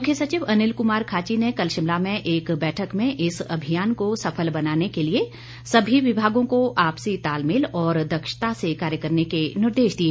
मुख्य सचिव अनिल कुमार खाची ने कल शिमला में एक बैठक में इस अभियान को सफल बनाने के लिए सभी विभागों को आपसी तालमेल और दक्षता से कार्य करने के निर्देश दिए